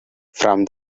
from